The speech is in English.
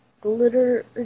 Glitter